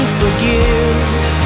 forgive